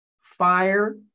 fire